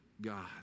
God